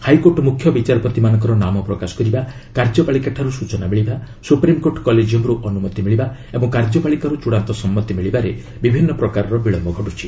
high court ମୁଖ୍ୟବିଚାରପତିମାନଙ୍କ ନାମ ପ୍ରକାଶ କରିବା କାର୍ଯ୍ୟପାଳିକାଠାରୁ ସୂଚନା ମିଳିବା ସୁପ୍ରମିକୋର୍ଟ କଲେଜିୟମ୍ରୁ ଅନୁମତି ମିଳିବା ଓ କାର୍ଯ୍ୟପାଳିକାରୁ ଚୂଡ଼ାନ୍ତ ସମ୍ମତି ମିଳିବାରେ ବିଭିନ୍ନ ପ୍ରକାର ବିଳମ୍ୟ ଘଟୁଛି